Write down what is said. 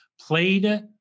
played